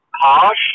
harsh